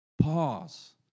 pause